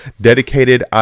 dedicated